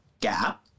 gap